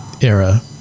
era